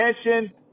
attention